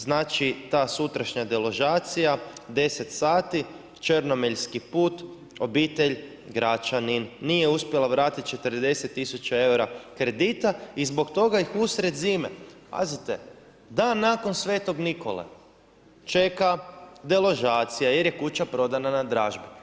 Znači, ta sutrašnja deložacija 10 sati Črnomeljski put, obitelj Gračanin nije uspjela vratiti 40 tisuća eura kredita i zbog toga ih usred zime, pazite dan nakon Sv. Nikole čeka deložacija jer je kuća prodana na dražbi.